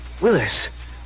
Willis